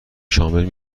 شامل